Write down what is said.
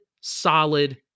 solid